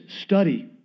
study